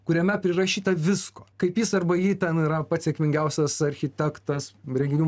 kuriame prirašyta visko kaip jis arba ji ten yra pats sėkmingiausias architektas renginių